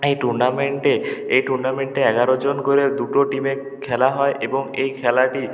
এই টুর্নামেন্টে এই টুর্নামেন্টে এগারো জন করে দুটো টিমে খেলা হয় এবং এই খেলাটি